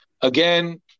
again